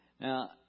Now